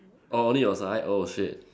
oh only your side oh shit